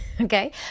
Okay